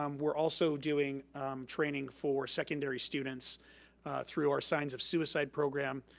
um we're also doing training for secondary students through our signs of suicide program.